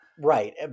right